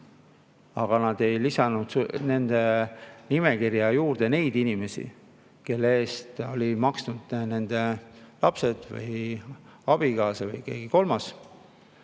Aga nad ei lisanud nende nimekirjade juurde neid inimesi, kelle eest olid maksnud nende lapsed, abikaasa või keegi kolmas.